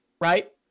right